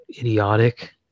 idiotic